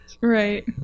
Right